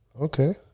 Okay